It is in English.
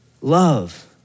love